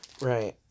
Right